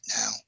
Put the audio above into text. now